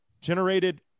generated